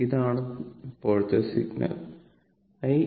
ഇതാണ് ഇപ്പോഴത്തെ signal i